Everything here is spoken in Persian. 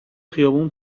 خیابون